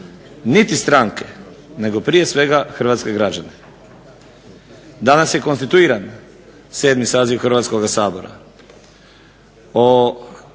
niti stranke nego prije svega hrvatske građane. Danas je konstituiran VII. Saziv Hrvatskoga sabora.